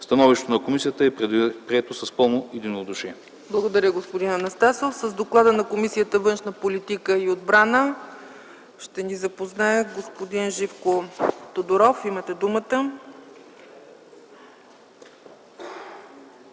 Становището на комисията е прието с пълно единодушие.” ПРЕДСЕДАТЕЛ ЦЕЦКА ЦАЧЕВА: Благодаря, господин Анастасов. С доклада на Комисията по външна политика и отбрана ще ни запознае господин Живко Тодоров. Имате думата.